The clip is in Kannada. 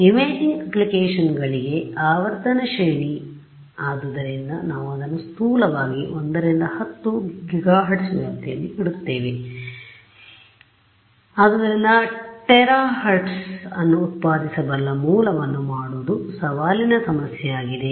ಆದ್ದರಿಂದ ಇಮೇಜಿಂಗ್ ಅಪ್ಲಿಕೇಶನ್ಗಳಿಗೆ ಆವರ್ತನ ಶ್ರೇಣಿ ಎ ಆದ್ದರಿಂದ ನಾವು ಅದನ್ನು ಸ್ಥೂಲವಾಗಿ 1 ರಿಂದ 10 ಗಿಗಾಹೆರ್ಟ್ಜ್ ವ್ಯಾಪ್ತಿಯಲ್ಲಿ ಇಡುತ್ತೇವೆ ಆದ್ದರಿಂದ ಟೆರಾಹೆರ್ಟ್ಜ್ ಅನ್ನು ಉತ್ಪಾದಿಸಬಲ್ಲ ಮೂಲವನ್ನು ಮಾಡುವುದು ಸವಾಲಿನ ಸಮಸ್ಯೆಯಾಗಿದೆ